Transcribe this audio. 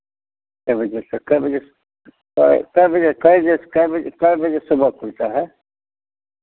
कै बजे तक कै बजे से तो ए कै बजे कै बजे से कै बजे कै बजे सुबह खुलता है